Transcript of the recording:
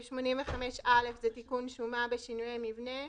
סעיף 85א הוא תיקון שומה בשינוי המבנה.